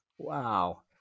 Wow